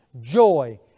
joy